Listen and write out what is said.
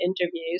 interviews